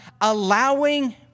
allowing